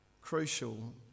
crucial